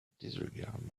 disregard